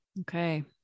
Okay